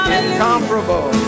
incomparable